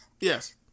Yes